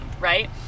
right